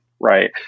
right